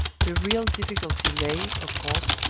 the real difficulty lay, of course,